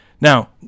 Now